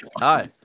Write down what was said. hi